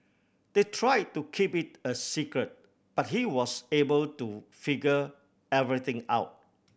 they tried to keep it a secret but he was able to figure everything out